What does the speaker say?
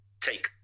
take